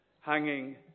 hanging